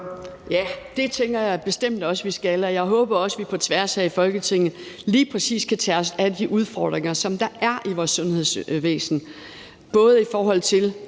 Ja, det tænker jeg bestemt også vi skal. Jeg håber også, at vi på tværs her i Folketinget kan tage os af lige præcis de udfordringer, der er i vores sundhedsvæsen, både i forhold til